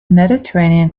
mediterranean